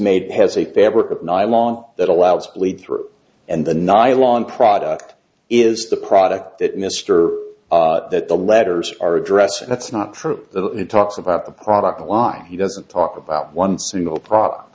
made has a fabric of ny law that allows bleed through and the nylon product is the product that mr that the letters are addressing that's not true the it talks about the product line he doesn't talk about one single pro